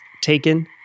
taken